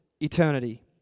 eternity